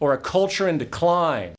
or a culture in decline